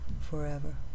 forever